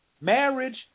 Marriage